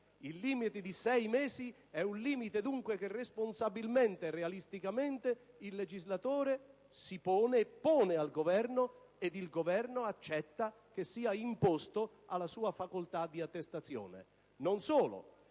Il limite di sei mesi è dunque un limite che responsabilmente e realisticamente il legislatore si pone, e pone al Governo, ed il Governo accetta che sia imposto alla sua facoltà di attestazione. Non solo,